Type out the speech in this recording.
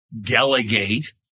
delegate